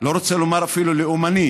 לא רוצה לומר אפילו לאומני.